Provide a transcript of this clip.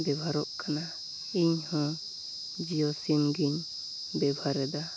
ᱵᱮᱣᱦᱟᱨᱚᱜ ᱠᱟᱱᱟ ᱤᱧᱦᱚᱸ ᱡᱤᱭᱳ ᱥᱤᱢᱜᱮᱧ ᱵᱮᱣᱦᱟᱨᱮᱫᱟ